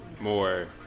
more